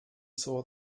saw